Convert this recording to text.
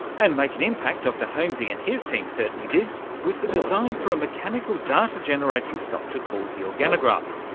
and make an impact dr homsy and his team certainly did with the design for a mechanical data generating sculpture called the organograph,